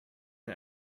and